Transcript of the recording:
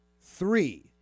three